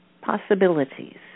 possibilities